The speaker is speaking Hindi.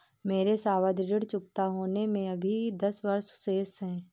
मेरे सावधि ऋण चुकता होने में अभी दस वर्ष शेष है